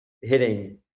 hitting